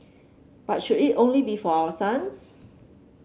but should it only be for our sons